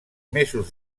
mesos